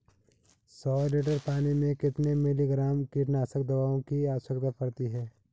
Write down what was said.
सौ लीटर पानी में कितने मिलीग्राम कीटनाशक दवाओं की आवश्यकता पड़ती है?